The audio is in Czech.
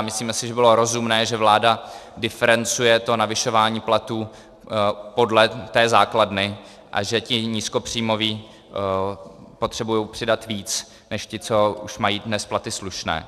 Myslíme si, že bylo rozumné, že vláda diferencuje navyšování platů podle té základny a že ti nízkopříjmoví potřebují přidat víc než ti, co už mají dnes platy slušné.